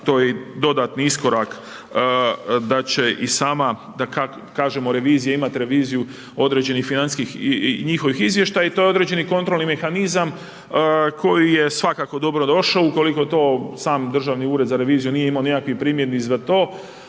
to je dodatni iskorak da će i sama, da kažemo, revizija imati reviziju određenih financijskih i njihovih izvještaja i to je određeni kontrolni mehanizam koji je svakako dobrodošao, ukoliko to sam Državni ured za reviziju nije imao nikakvih primjedbi za to,